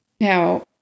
Now